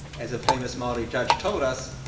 as a famous maori judge told us,